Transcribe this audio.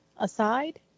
aside